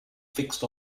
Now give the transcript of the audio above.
fixed